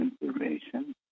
information